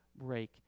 break